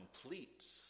completes